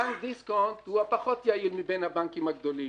בנק דיסקונט הוא הפחות יעיל מבין הבנקים הגדולים.